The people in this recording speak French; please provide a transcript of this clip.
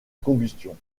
combustion